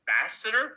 ambassador